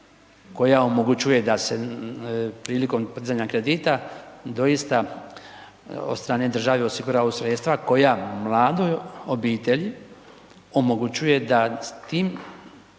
koja omogućuje da se prilikom dizanja kredita, doista od strane države osiguraju sredstva koja mladoj obitelji omogućuje da tim